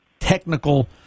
technical